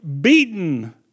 beaten